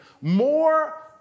more